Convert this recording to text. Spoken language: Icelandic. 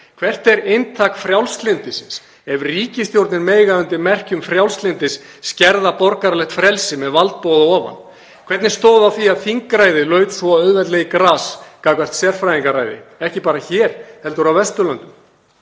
Hvert er inntak frjálslyndisins ef ríkisstjórnir mega undir merkjum frjálslyndis skerða borgaralegt frelsi með valdboði að ofan? Hvernig stóð á því að þingræðið laut svo auðveldlega í gras gagnvart sérfræðingaræði, ekki bara hér heldur á Vesturlöndum?